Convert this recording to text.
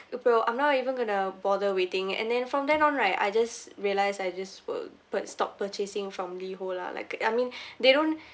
uh bro I'm not even gonna bother waiting and then from then on right I just realised I just will pur~ stop purchasing from LiHO lah like I mean they don't